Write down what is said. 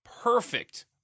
perfect